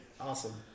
Awesome